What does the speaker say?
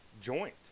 joint